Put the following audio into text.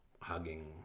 hugging